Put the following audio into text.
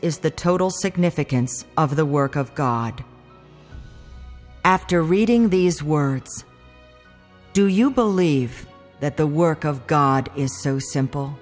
is the total significance of the work of god after reading these words do you believe that the work of god is so simple